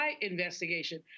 investigation